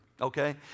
okay